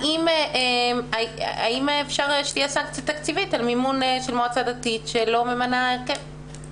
האם אפשר שתהיה סנקציה תקציבית על מימון של מועצה דתית שלא ממנה הרכב?